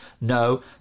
No